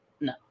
no